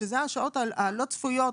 שזה השעות הלא צפויות,